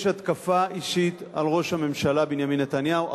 יש התקפה אישית על ראש הממשלה בנימין נתניהו.